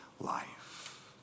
life